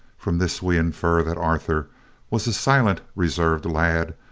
from this we infer that arthur was a silent, reserved lad,